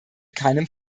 keinem